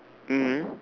mmhmm